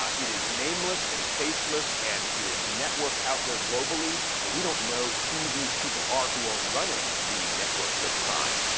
it is nameless and faceless and it is networked out there globally. and we don't know who these people are who are running the networks of crime.